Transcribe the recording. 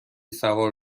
سوار